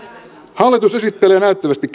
hallitus esittelee näyttävästi